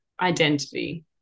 identity